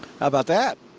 about that?